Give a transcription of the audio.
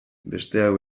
besteak